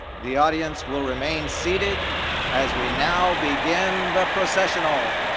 the audience will remain seated as we now begin the processional.